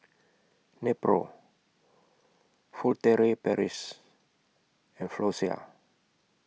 Nepro Furtere Paris and Floxia